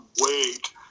wait